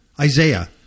Isaiah